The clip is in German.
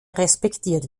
respektiert